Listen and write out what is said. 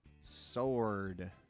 Sword